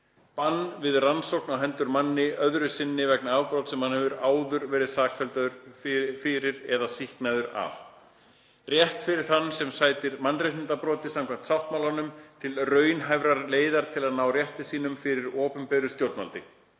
Bann við saksókn á hendur manni öðru sinni vegna afbrots sem hann hefur áður verið sakfelldur fyrir eða sýknaður af. * Rétt fyrir þann sem sætir mannréttindabroti samkvæmt sáttmálanum til raunhæfrar leiðar til að ná rétti sínum fyrir opinberu stjórnvaldi.